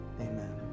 amen